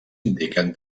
indiquen